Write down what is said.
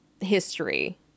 history